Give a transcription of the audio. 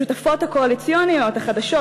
השותפות הקואליציוניות החדשות,